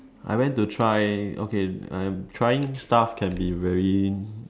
I went to try okay I'm trying stuff can be very